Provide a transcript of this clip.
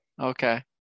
Okay